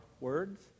words